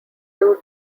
two